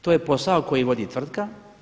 To je posao koji vodi tvrtka.